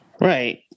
right